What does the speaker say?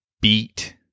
Beat